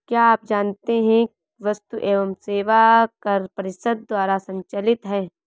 क्या आप जानते है वस्तु एवं सेवा कर परिषद द्वारा संचालित है?